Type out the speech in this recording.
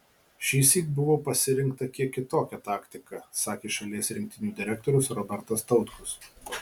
šįsyk buvo pasirinkta kiek kitokia taktika sakė šalies rinktinių direktorius robertas tautkus